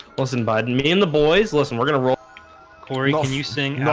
listen biden meeting the boys. listen, we're gonna roll corey. can you sing?